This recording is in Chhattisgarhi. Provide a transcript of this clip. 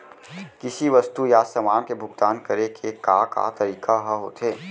किसी वस्तु या समान के भुगतान करे के का का तरीका ह होथे?